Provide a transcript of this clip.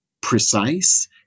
precise